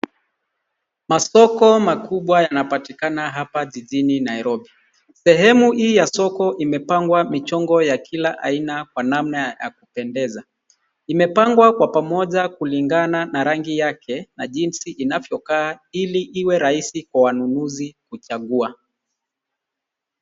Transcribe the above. Masoko makubwa yanapatikana hapa jijini Nairobi. Sehemu hii ya soko imepangwa michongo ya kila aina kwa namna ya kupendeza. Imepangwa kwa pamoja kulingana na rangi yake na jinsi inavyokaa ili iwe rahisi kwa wanunuzi kuchagua.